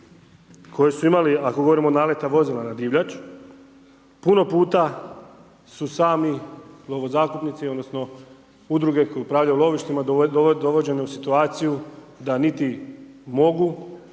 koji su imali, ako govorimo o naleta vozila na divljač, puno puta su sami lovo zakupnici odnosno udruge koje upravljaju lovištima dovođene u situaciju da niti mogu